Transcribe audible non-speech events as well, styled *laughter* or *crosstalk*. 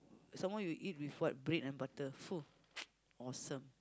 some more you eat with what bread and butter *noise* awesome